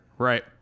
Right